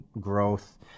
growth